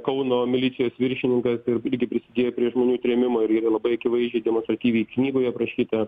kauno milicijos viršininkas ir irgi prisidėjo prie žmonių trėmimo ir yra labai akivaizdžiai demonstratyviai knygoj aprašyta